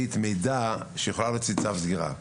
למנכ"לית מידע שבעקבותיו היא יכולה להוציא צו סגירה?